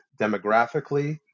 demographically